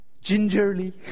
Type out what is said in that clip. gingerly